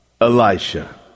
Elisha